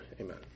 Amen